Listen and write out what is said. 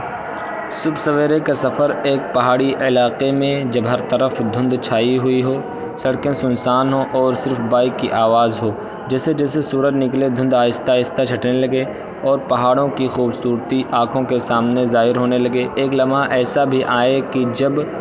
صبح سویرے کا سفر ایک پہاڑی علاقے میں جبر طرف دھند چھائی ہوئی ہو سڑکیں سنسان ہوں اور صرف بائک کی آواز ہو جیسے جیسے سورج نکلے دھند آہستہ آہستہ چھٹنے لگے اور پہاڑوں کی خوبصورتی آنکھوں کے سامنے ظاہر ہونے لگے ایک لمحہ ایسا بھی آئے کہ جب